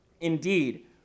Indeed